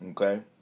Okay